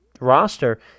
Roster